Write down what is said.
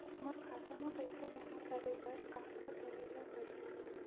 मोर खाता म पईसा जमा करे बर का का करे ल पड़हि?